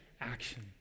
action